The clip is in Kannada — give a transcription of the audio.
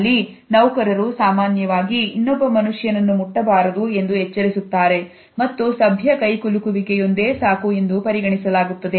ಅಲ್ಲಿ ನೌಕರರು ಸಾಮಾನ್ಯವಾಗಿ ಇನ್ನೊಬ್ಬ ಮನುಷ್ಯನನ್ನು ಮುಟ್ಟಬಾರದು ಎಂದು ಎಚ್ಚರಿಸುತ್ತಾರೆ ಮತ್ತು ಸಭ್ಯ ಕೈಕುಲುಕುವಿಕೆಯೊಂದೇ ಸಾಕು ಎಂದು ಪರಿಗಣಿಸಲಾಗುತ್ತದೆ